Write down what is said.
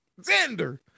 Xander